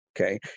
okay